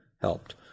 helped